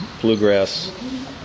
bluegrass